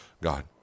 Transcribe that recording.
God